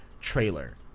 trailer